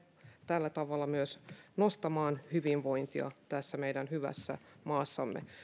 tällä tavalla myös nostamaan hyvinvointia tässä meidän hyvässä maassamme